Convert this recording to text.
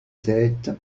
tête